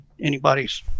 anybody's